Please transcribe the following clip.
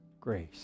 grace